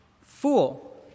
Fool